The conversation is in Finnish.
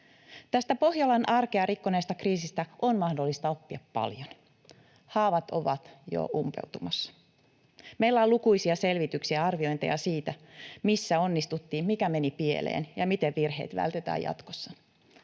Tästä Pohjolan arkea rikkoneesta kriisistä on mahdollista oppia paljon. Haavat ovat jo umpeutumassa. Meillä on lukuisia selvityksiä ja arviointeja siitä, missä onnistuttiin, mikä meni pieleen ja miten virheet vältetään jatkossa.